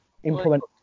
Implement